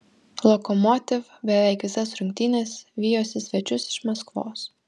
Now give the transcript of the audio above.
lokomotiv beveik visas rungtynes vijosi svečius iš maskvos